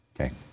Okay